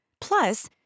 Plus